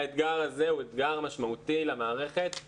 האתגר הזה הוא אתגר משמעותי למערכת.